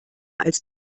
als